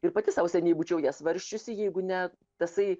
ir pati sau seniai būčiau nesvarsčiusi jeigu ne tasai